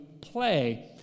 play